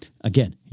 again